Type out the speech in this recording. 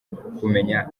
kumenya